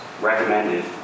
recommended